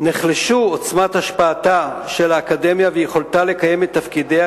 נחלשו עוצמת השפעתה של האקדמיה ויכולתה לקיים את תפקידיה,